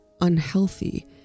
unhealthy